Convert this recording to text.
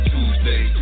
Tuesday